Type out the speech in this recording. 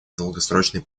долгосрочные